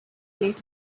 late